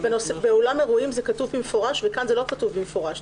באולם אירועים זה כתוב במפורש וכאן זה לא כתוב במפורש.